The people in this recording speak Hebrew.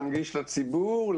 להנגיש לציבור,